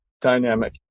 dynamic